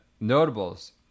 Notables